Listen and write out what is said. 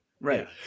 right